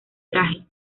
traje